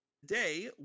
Today